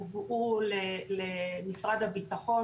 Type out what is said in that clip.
הובאו למשרד הביטחון,